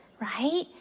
Right